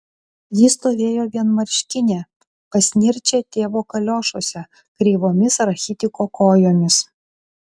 ji stovėjo vienmarškinė basnirčia tėvo kaliošuose kreivomis rachitiko kojomis